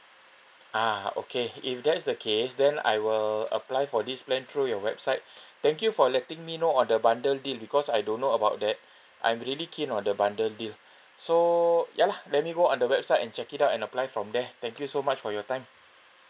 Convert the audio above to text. ah okay if that's the case then I will apply for this plan through your website thank you for letting me know on the bundle deal because I don't know about that I'm really keen on the bundle deal so ya lah let me go on the website and check it out and apply from there thank you so much for your time